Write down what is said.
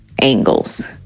angles